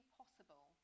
possible